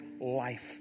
life